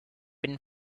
been